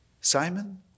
Simon